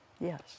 Yes